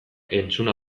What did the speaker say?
entzuna